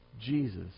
Jesus